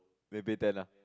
then you pay ten lah